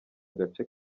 agace